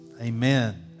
amen